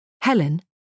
Helen